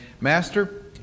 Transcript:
Master